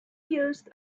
used